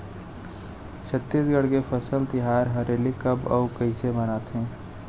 छत्तीसगढ़ के फसल तिहार हरेली कब अउ कइसे मनाथे?